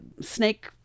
snake